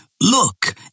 Look